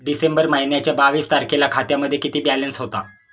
डिसेंबर महिन्याच्या बावीस तारखेला खात्यामध्ये किती बॅलन्स होता?